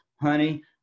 honey